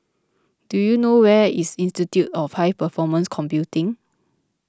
do you know where is Institute of High Performance Computing